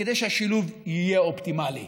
כדי שהשילוב יהיה אופטימלי.